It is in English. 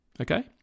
Okay